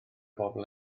bobol